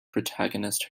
protagonist